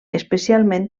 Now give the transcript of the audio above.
especialment